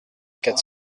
quatre